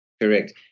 Correct